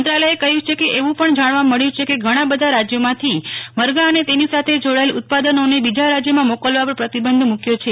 મંત્રાલયે કહયું છે કે એવું પણ જાણવા મળ્યું છે કે ઘણા બધા રાજયોમાંથી મરઘા અને તેની સાથે જોડાયેલ ઉત્પાદનોને બીજા રાજયોમાં મોકલવા પર પ્રતિબંધ મકયો છે